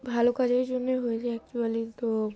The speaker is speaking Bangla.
ভালো কাজের জন্যই হয়েছো অ্যাকচুয়ালি তো